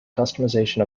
customization